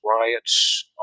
riots